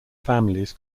families